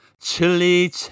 Chili